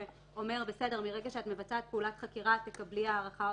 שאומר שמרגע שמבוצעת פעולת חקירה תתקבל הארכה אוטומטית.